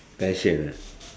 passion ah